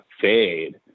fade